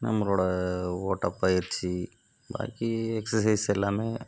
நம்பளோட ஓட்டப்பயிற்சி பாக்கி எக்ஸர்சைஸ் எல்லாம்